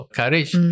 courage